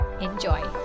Enjoy